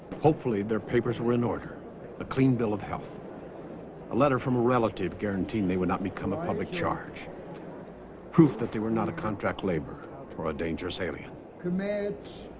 hopefully their papers were in order a clean bill of health a letter from a relative guaranteeing they would not become a public charge proof that they were not a contract labor for a dangerous alien commit